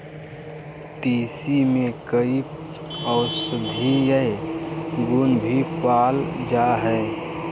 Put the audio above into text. तीसी में कई औषधीय गुण भी पाल जाय हइ